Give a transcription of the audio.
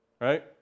Right